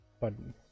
button